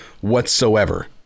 whatsoever